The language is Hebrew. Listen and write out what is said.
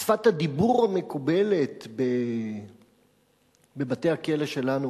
שפת הדיבור המקובלת בבתי-הכלא שלנו